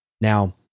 Now